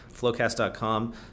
Flowcast.com